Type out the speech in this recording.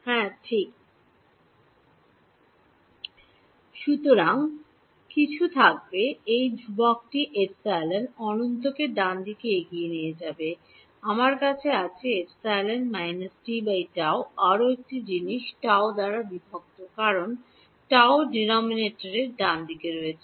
হ্যাঁ ঠিক সুতরাং কিছু থাকবে এই ধ্রুবকটি এপসিলন অনন্তকে ডানদিকে এগিয়ে নিয়ে যাবে আমার কাছে আছে e−tτ আরও একটি জিনিস τ দ্বারা বিভক্ত হবে কারণ τ ডোনোমিনেটর ডানে রয়েছে